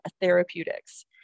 Therapeutics